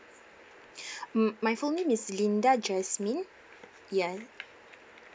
m~ my full name is linda jasmine yeah